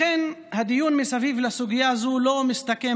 לכן הדיון סביב הסוגיה הזו לא מסתכם